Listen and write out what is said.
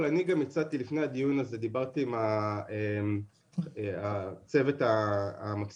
לפני הדיון הזה דיברתי עם הצוות המקסים